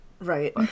right